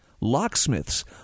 locksmiths